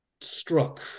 struck